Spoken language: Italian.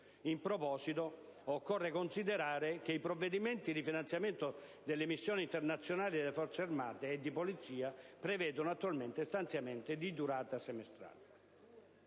In proposito, occorre considerare che i provvedimenti di finanziamento delle missioni internazionali delle Forze armate e di polizia prevedono attualmente stanziamenti di durata semestrale.